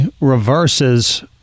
reverses